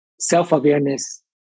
self-awareness